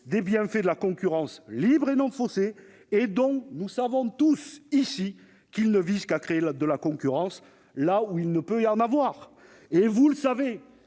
des bienfaits de la concurrence libre et non faussée ? Nous savons tous ici qu'il ne vise qu'à créer de la concurrence là où il ne peut y en avoir. Vous le savez,